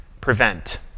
prevent